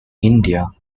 india